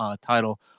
title